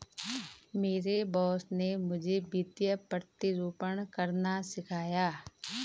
मेरे बॉस ने मुझे वित्तीय प्रतिरूपण करना सिखाया